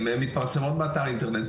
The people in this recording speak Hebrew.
הן מתפרסמות באתר האינטרנט.